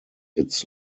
its